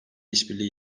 işbirliği